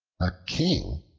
a king,